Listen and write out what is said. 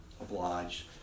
obliged